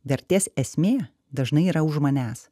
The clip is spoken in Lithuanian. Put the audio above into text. vertės esmė dažnai yra už manęs